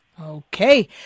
Okay